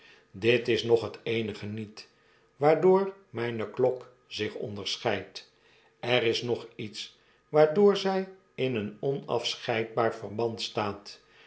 dit is nog het eenige niet waardoor myne klok zich onderscheidt er is nog iets waardoor zij in een onafscheidbaar verband staat